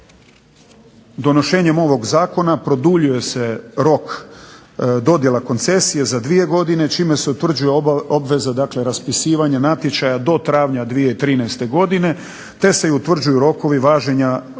da donošenjem ovog zakona produljuje se rok dodjela koncesije za 2 godine čime se utvrđuje obveza dakle raspisivanja natječaja do travnja 2013. godine te se i utvrđuju rokovi važenja